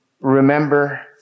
remember